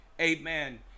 Amen